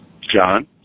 John